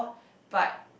but